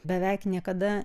beveik niekada